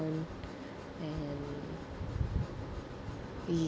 and